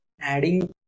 adding